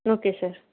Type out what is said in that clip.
okay sir